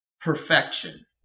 perfection